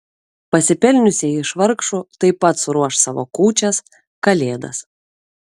pasipelniusieji iš vargšų taip pat suruoš savo kūčias kalėdas